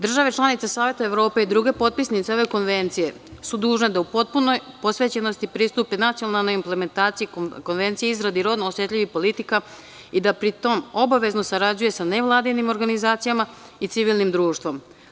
Države članice Saveta Evrope i druge potpisnice ove konvencije su dužne da u potpunoj posvećenosti pristupe nacionalnoj implementaciji konvencije i izradi rodno osetljivih politika i da pri tom obavezno sarađuju sa nevladinim organizacijama i civilnim društvom.